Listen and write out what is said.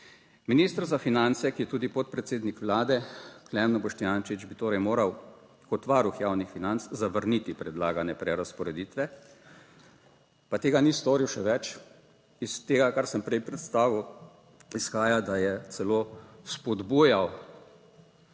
Minister za finance, ki je tudi podpredsednik Vlade, Klemen Boštjančič, bi torej moral kot varuh javnih financ zavrniti predlagane prerazporeditve, pa tega ni storil, še več, iz tega, kar sem prej predstavil, izhaja, da je celo spodbujal